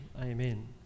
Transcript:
Amen